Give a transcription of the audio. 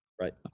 Right